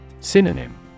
Synonym